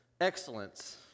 excellence